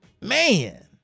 Man